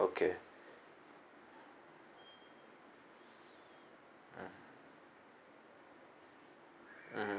okay mm hmm mm